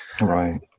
right